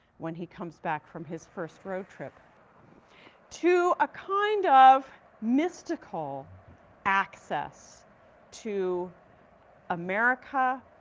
when he comes back from his first road trip to a kind of mystical access to america,